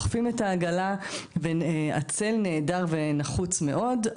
דוחפים את העגלה והצל נעדר ונחוץ מאוד,